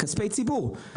כספי ציבור.